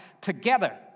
together